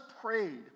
prayed